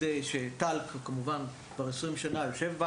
שטל, כמובן, יושב בה